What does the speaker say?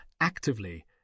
actively